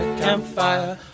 campfire